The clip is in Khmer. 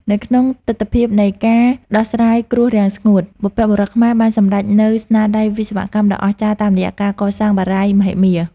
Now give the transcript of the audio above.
នៅក្នុងទិដ្ឋភាពនៃការដោះស្រាយគ្រោះរាំងស្ងួត បុព្វបុរសខ្មែរបានសម្រេចនូវស្នាដៃវិស្វកម្មដ៏អស្ចារ្យតាមរយៈការកសាងបារាយណ៍មហិមា។